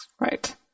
Right